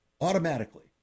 automatically